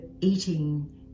eating